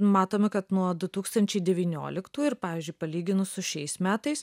matome kad nuo du tūkstančiai devynioliktų ir pavyzdžiui palyginus su šiais metais